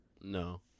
No